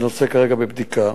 הנושא כרגע בבדיקה.